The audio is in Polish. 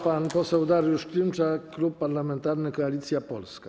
Pan poseł Dariusz Klimczak, Klub Parlamentarny Koalicja Polska.